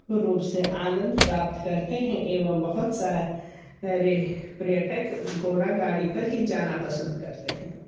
रूप से आनंद प्राप्त करते हैं एवं बहुत सा रे पर्यटक घोड़ा गाड़ी पर ही जाना पसंद करते हैं